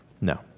No